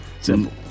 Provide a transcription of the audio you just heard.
Simple